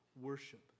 worship